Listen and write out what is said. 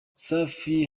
safi